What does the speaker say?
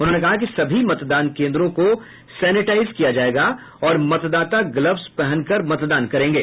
उन्होंने कहा कि सभी मतदान केन्द्रों को सेनेटाईज किया जायेगा और मतदाता ग्लब्स पहनकर मतदान करेंगे